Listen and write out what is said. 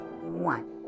one